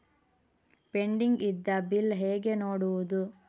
Pending ಇದ್ದ bill ಹೇಗೆ ನೋಡುವುದು?